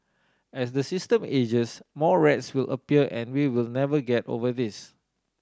as the system ages more rats will appear and we will never get over this